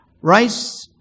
Rice